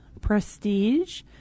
prestige